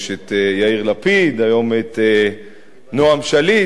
יש יאיר לפיד, היום נועם שליט.